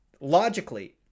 Logically